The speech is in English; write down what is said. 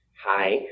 Hi